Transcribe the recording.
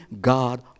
God